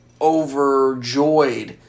overjoyed